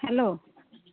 hello